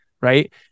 right